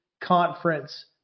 conference